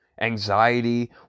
anxiety